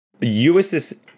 USS